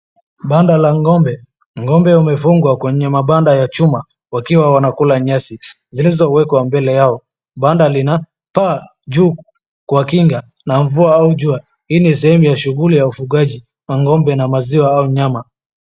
Banda la ng'ombe, ng'ombe wamefungwa kwenye mabanda ya chuma wakiwa wanakula nyasi zilizowekwa mbele yao. Banda lina paa juu kuwakinga na mvua au jua. Hii ni sehemu ya shughuli ya ufugaji wa ng'ombe na maziwa au nyama.